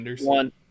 one